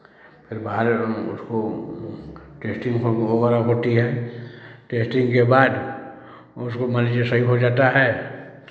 फिर बाहर में उसको टेस्टिंग वगैरह होती है टेस्टिंग के बाद उसको मान लीजिये सही हो जाता है